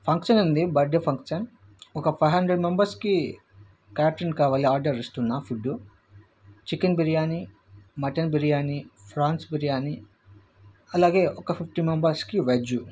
function ఉంది birthday function ఒక five hundred మెంబర్స్కి క్యాటరింగ్ కావాలి ఆర్డర్ ఇస్తున్నా food chicken biryani mutton biryani prawns biryani అలాగే ఒక ఫిఫ్టీ మెంబర్స్కి వెజ్